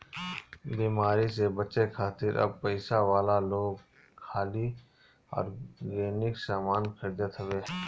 बेमारी से बचे खातिर अब पइसा वाला लोग खाली ऑर्गेनिक सामान खरीदत हवे